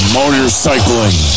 motorcycling